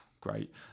Great